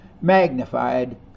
magnified